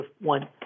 one